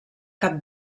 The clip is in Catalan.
cap